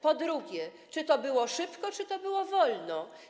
Po drugie, czy to było szybko, czy to było wolno?